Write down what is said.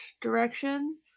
direction